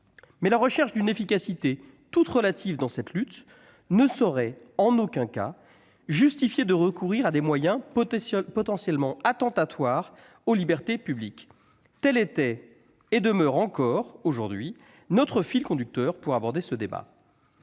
la recherche d'une efficacité toute relative dans cette lutte ne saurait en aucun cas justifier de recourir à des moyens potentiellement attentatoires aux libertés publiques. Tel était et demeure encore aujourd'hui notre fil conducteur pour aborder ce débat.